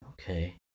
Okay